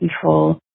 control